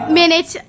minutes